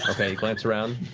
you glance around.